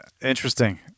Interesting